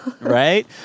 Right